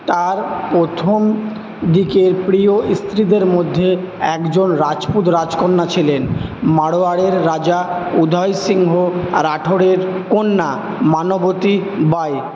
তাঁর প্রথম দিকের প্রিয় স্ত্রীদের মধ্যে একজন রাজপুত রাজকন্যা ছিলেন মাড়োয়ারের রাজা উদয় সিংহ রাঠোরের কন্যা মানবতী বাই